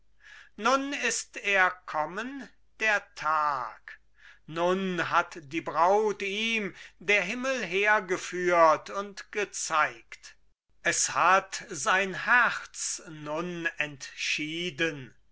nun ist er kommen der tag nun hat die braut ihm der himmel hergeführt und gezeigt es hat sein herz nun entschieden